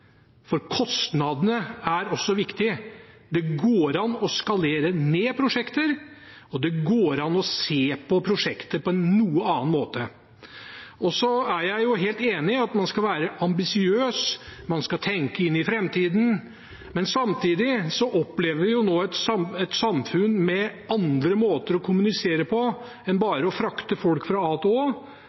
for kostnadene er også viktige. Det går an å skalere ned prosjekter, og det går an å se på prosjekter på en noe annen måte. Jeg er helt enig i at man skal være ambisiøs, man skal tenke inn i framtiden, men samtidig opplever vi jo nå et samfunn med andre måter å kommunisere på enn bare å frakte folk fra A